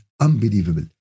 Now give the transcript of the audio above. unbelievable